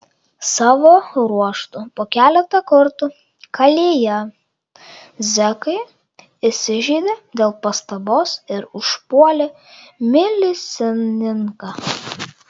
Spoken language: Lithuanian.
savo ruožtu po keletą kartų kalėję zekai įsižeidė dėl pastabos ir užpuolė milicininką